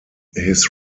his